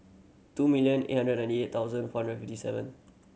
two million eight hundred ninety thousand four hundred fifty seven